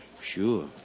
sure